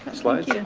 slides.